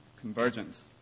convergence